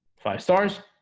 five stars